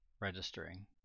registering